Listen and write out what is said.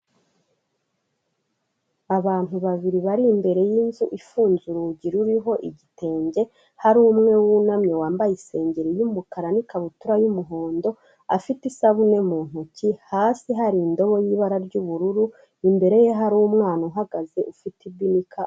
Abantu babiri bari imbere y'inzu ifunze urugi ruriho igitenge hari umwe wunamye wambaye isengeri y'umukara n'ikabutura y'umuhondo afite isabune mu ntoki hasi hari indobo y'ibara ry'ubururu imbere ye hari umwana uhagaze ufite ibika.